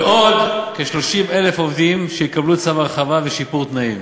ועוד כ-30,0000 עובדים שיקבלו צו הרחבה ושיפור תנאים.